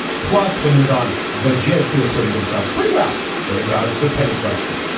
plus when he was on the jest he acquitted himself pretty well though he dodged the penny question.